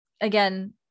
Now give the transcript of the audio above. again